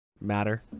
Matter